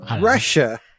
Russia